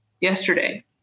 yesterday